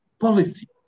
policy